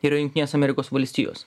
yra jungtinės amerikos valstijos